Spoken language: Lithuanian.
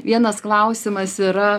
vienas klausimas yra